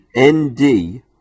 nd